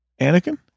Anakin